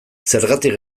zergatik